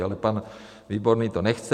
Ale pan Výborný to nechce.